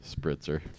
Spritzer